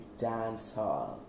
dancehall